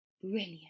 Brilliant